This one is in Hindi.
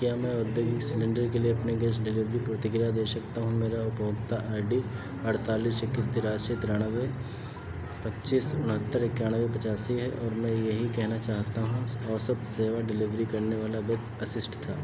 क्या मैं औद्योगिक सिलिंडर के लिए अपने गैस डिलीवरी प्रतिक्रिया दे सकता हूँ मेरा उपभोक्ता आई डी अड़तालीस इक्कीस तिरासी तिरानबे पच्चीस उनहत्तर इकानवे पचासी है और मैं यही कहना चाहता हूँ औसत सेवा डिलीवरी करने वाला व्यक्ति असिस्ट था